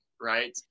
right